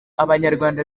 abanyarwanda